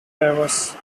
divorce